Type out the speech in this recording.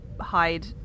hide